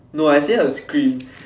no I say her scream